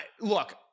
look